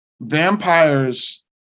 vampires